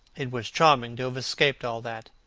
it was charming to have escaped all that!